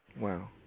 Wow